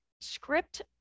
script